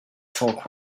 talk